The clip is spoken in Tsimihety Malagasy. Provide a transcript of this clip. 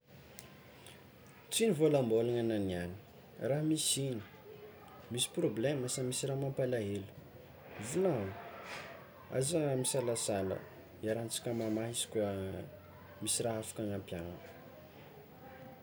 Tsy nivôlambôlagna agna niany, raha misy ino? Misy prôblema sa misy raha mampalaelo? Volagno, aza misalasala iarahatsika mamaha izy koa misy raha afaka anampiàgna.